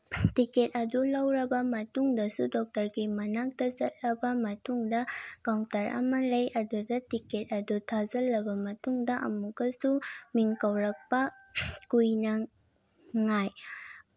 ticket ꯑꯗꯨ ꯂꯧꯔꯕ ꯃꯇꯨꯡꯗꯁꯨ ꯗꯣꯛꯇꯔꯒꯤ ꯃꯅꯥꯛꯇ ꯆꯠꯂꯕ ꯃꯇꯨꯡꯗ ꯀꯥꯎꯟꯇꯔ ꯑꯃ ꯂꯩ ꯑꯗꯨꯗ ꯇꯤꯀꯦꯠ ꯑꯗꯨ ꯊꯥꯖꯤꯜꯂꯕ ꯃꯇꯨꯡꯗ ꯑꯃꯨꯛꯀꯁꯨ ꯃꯤꯡ ꯀꯧꯔꯛꯄ ꯀꯨꯏꯅ ꯉꯥꯏ